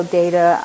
data